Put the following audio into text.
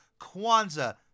Kwanzaa